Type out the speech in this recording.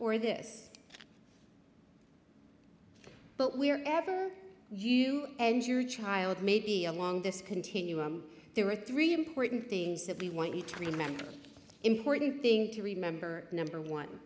or this but we are ever you and your child maybe along this continuum there are three important things that we want you to remember important thing to remember number one